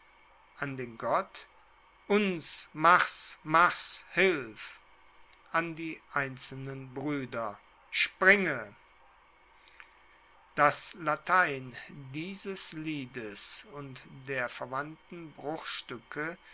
an den gott uns mars mars hilf an die einzelnen springe brueder das latein dieses liedes und der verwandten bruchstuecke